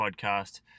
Podcast